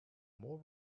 more